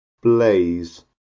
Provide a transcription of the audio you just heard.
blaze